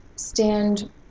stand